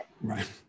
Right